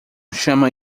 chama